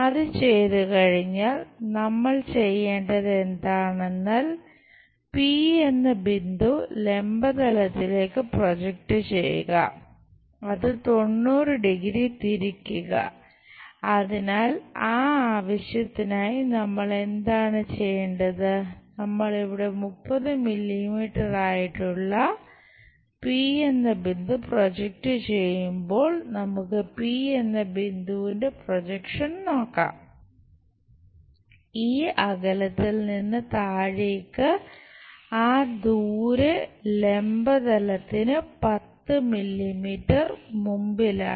അതിനാൽ ലംബ തല ബിന്ദുക്കൾ മുമ്പിലാണ്